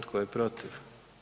Tko je protiv?